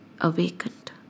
awakened